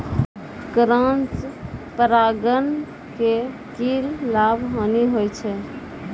Cross परागण के की लाभ, हानि होय छै?